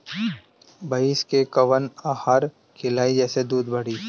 भइस के कवन आहार खिलाई जेसे दूध बढ़ी?